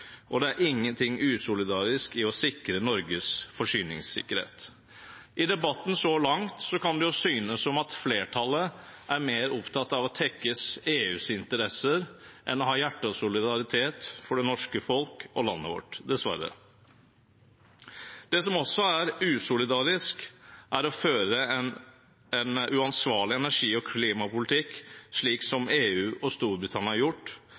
og det er ingenting usolidarisk i å sikre Norges forsyningssikkerhet. I debatten så langt kan det synes som at flertallet er mer opptatt av å tekkes EUs interesser enn å ha hjerte og solidaritet for det norske folk og landet vårt – dessverre. Det som også er usolidarisk, er å føre en uansvarlig energi- og klimapolitikk, slik EU og Storbritannia har gjort,